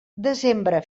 desembre